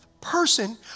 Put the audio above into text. person